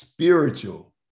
Spiritual